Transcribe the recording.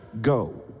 go